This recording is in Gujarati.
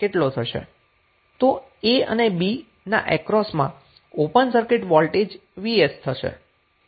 તો a અને b ના અક્રોસમાં ઓપન સર્કિટ વોલ્ટેજ vs થશે